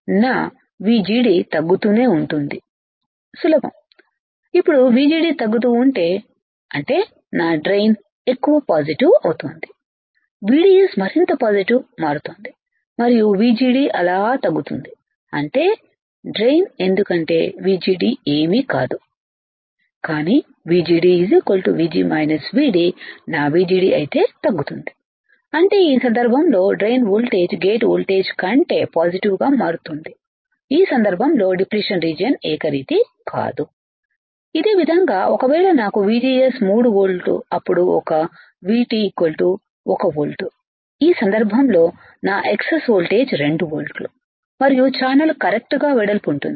నా VGD తగ్గుతూనే ఉంటుంది సులభం ఇప్పుడు VGD తగ్గుతూ ఉంటే అంటే నా డ్రైన్ ఎక్కువ పాజిటివ్ అవుతోంది VDS మరింత పాజిటివ్ మారుతోంది మరియు VGD అలా తగ్గుతుంది అంటే డ్రైన ఎందుకంటే VGD ఏమీ కాదు కానీVGD VG VD నా VGD అయితే తగ్గుతుంది అంటే ఈ సందర్భంలో డ్రైన్ వోల్టేజ్ గేట్ కంటే పాజిటివ్ గా మారుతోంది ఈ సందర్భంలో డిప్లిషన్ రీజియన్ ఏకరీతి కాదు ఇ దే విధంగా ఒకవేళ నాకుVGS 3 ఓల్ట్ అప్పుడు ఒక VT 1 ఓల్ట్ ఈ సందర్భంలో నా ఎక్సెస్ ఓల్టేజి 2 వోల్టులు మరియు ఛానల్ కరెక్ట్ గా వెడల్పు ఉంటుంది